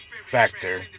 factor